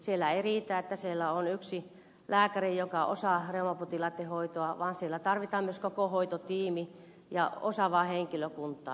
siellä ei riitä että siellä on yksi lääkäri joka osaa reumapotilaitten hoitoa vaan siellä tarvitaan myös koko hoitotiimi ja osaavaa henkilökuntaa